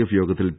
F യോഗത്തിൽ P